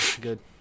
Good